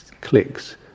clicks